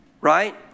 Right